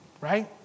right